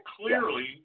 clearly